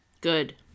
Good